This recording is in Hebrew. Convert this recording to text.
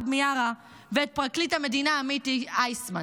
מיארה ואת פרקליט המדינה עמית איסמן,